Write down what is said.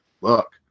look